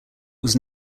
was